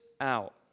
out